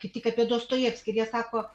kaip tik apie dostojevskį ir jie sako